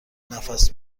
نفس